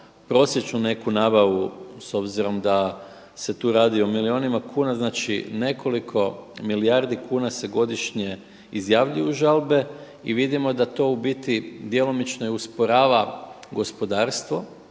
prosječnu neku nabavu s obzirom da se tu radi o milijunima kuna. Znači nekoliko milijardi kuna se godišnje izjavljuju žalbe i vidimo da to u biti djelomično usporava gospodarstvo,